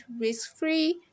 risk-free